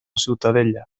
ciutadella